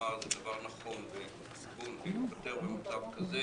אמר זה דבר נכון להתפטר במצב כזה,